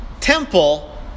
Temple